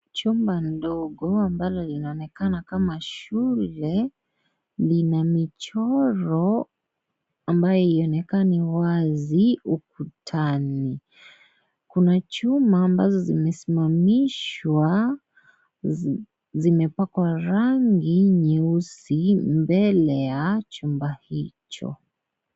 Chumba ndogo ambalo linaonekana kama shule lina michoro ambayo haionekani wazi ukutani. Kuna chuma ambazo zimesimamishwa. Zimepakwa rangi nyeusi mbele ya chumba hicho.